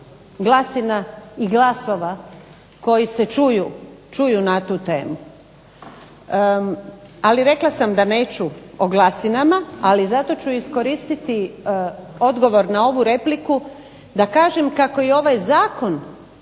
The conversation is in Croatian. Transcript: glasina i glasova koji se čuju na tu temu. Ali rekla sam da neću o glasnima, ali zato ću iskoristiti odgovor na ovu repliku da kažem kako i ovaj zakon